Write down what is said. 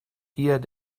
gier